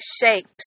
shapes